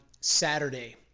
Saturday